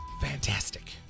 fantastic